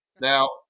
now